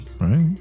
right